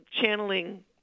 channeling